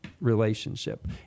relationship